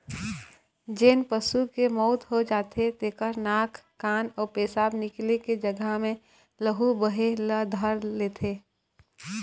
जेन पशु के मउत हो जाथे तेखर नाक, कान अउ पेसाब निकले के जघा ले लहू बहे ल धर लेथे